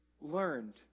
learned